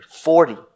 forty